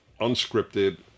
Unscripted